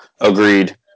agreed